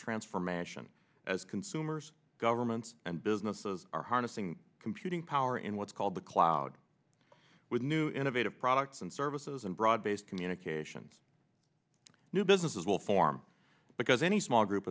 transformation as consumers governments and businesses are harnessing computing power in what's called the cloud with new innovative products and services and broad based communications new businesses will form because any small group